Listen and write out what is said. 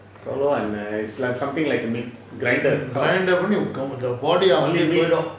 swallow and err slam something like a meat grinder only meat